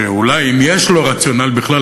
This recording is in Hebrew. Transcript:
שאולי אם יש לו רציונל בכלל,